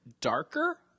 Darker